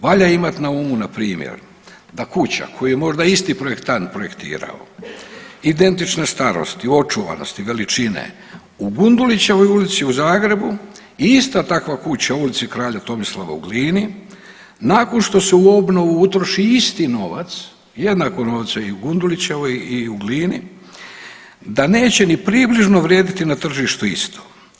Valja imati na umu, npr. da kuća koju je možda isti projektant projektirao, identične starosti, očuvanosti, veličine u Gundulićevoj ulici u Zagrebu i ista takva kuća u Ulici kraja Tomislava u Glini nakon što se u obnovu utroši isti novac, jednako novce i u Gundulićevoj i u Glini, da neće ni približno vrijediti na tržištu isto.